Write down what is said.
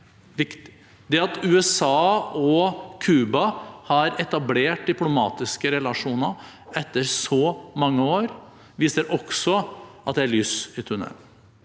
Det at USA og Cuba har etablert diplomatiske relasjoner etter så mange år, viser også at det er lys i tunnelen.